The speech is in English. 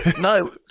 No